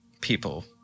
people